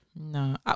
No